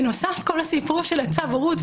כל הסיפור של צו ההורות,